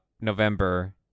November